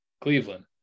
Cleveland